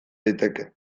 daiteke